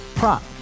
Prop